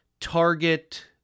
target